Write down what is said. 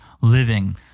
living